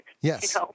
Yes